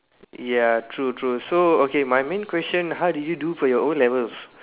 ya true true so okay my main question how did you do for your O-levels